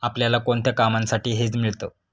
आपल्याला कोणत्या कामांसाठी हेज मिळतं?